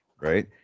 right